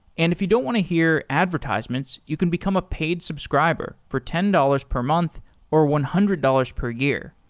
and if you don't want to hear advertisements, you can become a paid subscriber for ten dollars per month or one hundred dollars per year.